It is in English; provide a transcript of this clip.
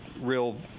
real